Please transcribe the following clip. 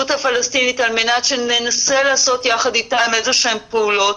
הפלסטינית על מנת שננסה לעשות יחד איתם איזה שהן פעולות.